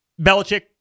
Belichick